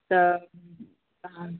त